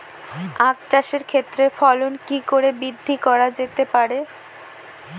আক চাষের ক্ষেত্রে ফলন কি করে বৃদ্ধি করা যেতে পারে?